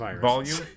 volume